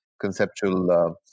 conceptual